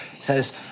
says